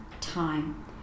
time